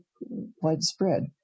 widespread